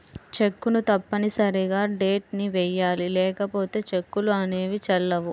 చెక్కును తప్పనిసరిగా డేట్ ని వెయ్యాలి లేకపోతే చెక్కులు అనేవి చెల్లవు